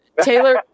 Taylor